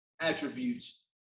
attributes